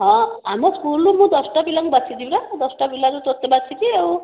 ହଁ ଆମ ସ୍କୁଲରୁ ମୁଁ ଦଶଟା ପିଲାଙ୍କୁ ବାଛିଛି ପରା ଦଶଟା ପିଲାରୁ ତୋତେ ବାଛିଛି ଆଉ